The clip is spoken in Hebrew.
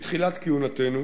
בתחילת כהונתנו